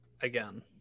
again